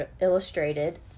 illustrated